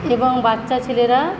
এবং বাচ্চা ছেলেরা